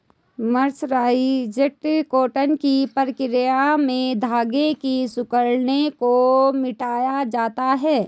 mercerised cotton की प्रक्रिया में धागे की सिकुड़न को मिटाया जाता है